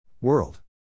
World